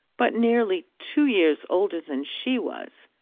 but nearly two years older than she was.